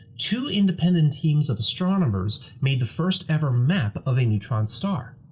two independent teams of astronomers made the first ever map of a neutron star.